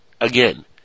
again